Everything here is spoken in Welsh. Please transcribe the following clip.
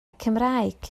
cymraeg